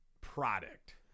product